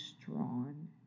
strong